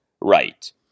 right